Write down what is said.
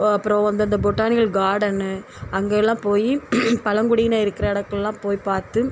அப்பறோம் அந்த பொட்டானிகள் கார்டன்னு அங்கே எல்லாம் போயி பழங்குடியினர் இருக்கிற இடங்கள்லாம் போயி பார்த்து